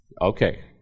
Okay